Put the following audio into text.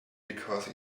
because